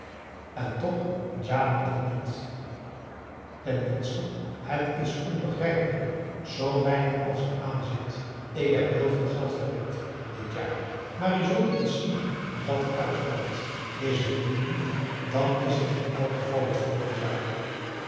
en toch djadid het niet ten minste het is onbegrijpelijk zoo weinig als eraan zit ik heb heel veel geld verwerkt dit jaar maar p a daum hoe hij raad van indië werd onder ps maurits u zult eens zien hoe dat eruit komt is het nu niet dan is het in elk geval het volgend jaar